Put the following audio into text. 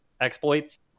exploits